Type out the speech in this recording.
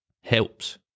helps